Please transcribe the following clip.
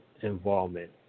involvement